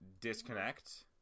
disconnect